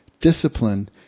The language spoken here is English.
discipline